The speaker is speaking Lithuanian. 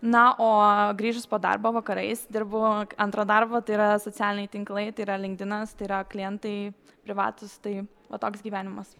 na o grįžus po darbo vakarais dirbu antrą darbą tai yra socialiniai tinklai tai yra linkdinas tai yra klientai privatūs tai toks gyvenimas